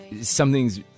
something's